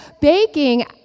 baking